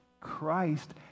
Christ